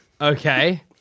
Okay